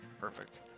Perfect